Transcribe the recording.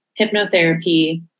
hypnotherapy